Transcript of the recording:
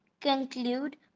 conclude